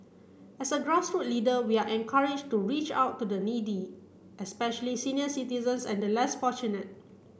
as a grassroots leader we are encouraged to reach out to the needy especially senior citizens and the less fortunate